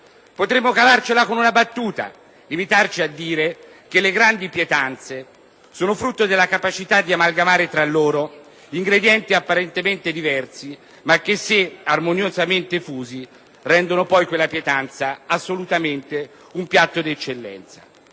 Potremmo cavarcela con una battuta e limitarci a dire che le grandi pietanze sono il frutto della capacità di amalgamare tra loro ingredienti apparentemente diversi ma che, se armoniosamente fusi, rendono poi la pietanza stessa un piatto di assoluta